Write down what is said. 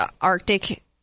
Arctic